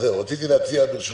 לומר את דעתנו.